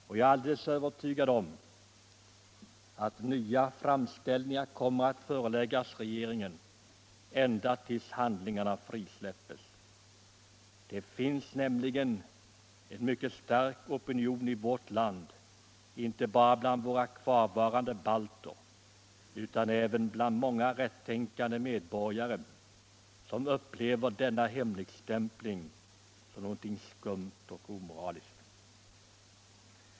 Och jag är alldeles övertygad om att nya fram Om upphävande av ställningar kommer att föreläggas regeringen ända tills handlingarna fri — sekretessen på släppes. Det finns nämligen en mycket stark opinion i vårt land inte handlingar rörande bara bland våra kvarvarande balter utan även bland många rättänkande = baltutlämningen svenskar som upplever denna hemligstämpel som något skumt och omo 1946 raliskt.